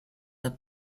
the